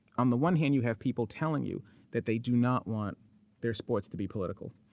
on the one hand, you have people telling you that they do not want their sports to be political.